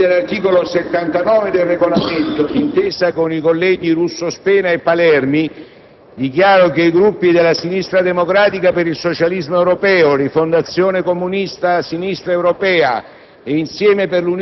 ai sensi dell'articolo 79 del Regolamento, d'intesa con i colleghi Russo Spena e Palermi, dichiaro che i Gruppi della Sinistra Democratica per il Socialismo Europeo, Rifondazione Comunista-Sinistra Europea